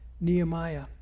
Nehemiah